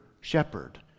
shepherd